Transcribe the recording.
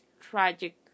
tragic